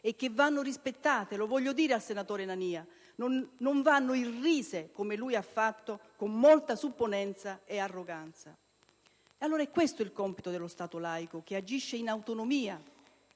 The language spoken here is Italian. che vanno rispettate, lo voglio dire al senatore Nania, e non irrise come lui ha fatto con molta supponenza e arroganza. È questo il compito dello Stato laico, che agisce in autonomia,